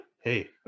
hey